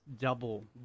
Double